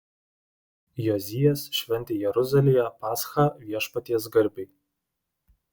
jozijas šventė jeruzalėje paschą viešpaties garbei